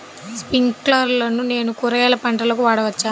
స్ప్రింక్లర్లను నేను కూరగాయల పంటలకు వాడవచ్చా?